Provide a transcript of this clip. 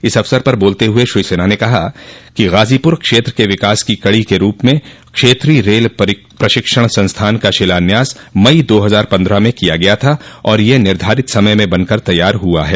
इस अवसर पर बोलते हुए श्री सिन्हा ने कहा कि गाजीपूर क्षेत्र के विकास की कड़ो के रूपमें क्षेत्रीय रेल प्रशिक्षण संस्थान का शिलान्यास मई दो हजार पन्द्रह में किया गया था और यह निर्धारित समय में बनकर तैयार हुआ है